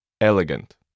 Elegant